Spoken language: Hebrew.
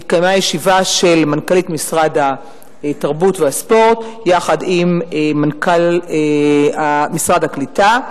התקיימה ישיבה של מנכ"לית משרד התרבות והספורט עם מנכ"ל משרד הקליטה,